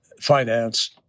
finance